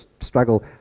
struggle